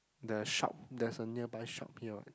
the shop there's a nearby shop here what